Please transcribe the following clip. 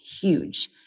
huge